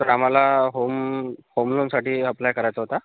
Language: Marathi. सर आम्हाला होम होम लोनसाठी अप्लाय करायचं होतं